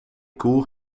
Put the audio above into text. koe